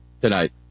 tonight